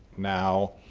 now,